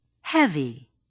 heavy